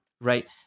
right